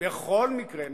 נכון.